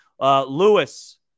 Lewis